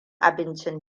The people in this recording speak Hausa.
abincin